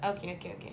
okay okay okay